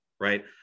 right